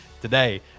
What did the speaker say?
Today